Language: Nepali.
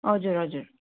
हजुर हजुर